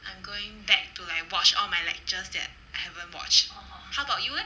I'm going back to like watch all my lectures that I haven't watch how about you leh